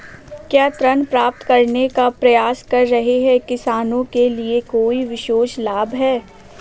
क्या ऋण प्राप्त करने का प्रयास कर रहे किसानों के लिए कोई विशेष लाभ हैं?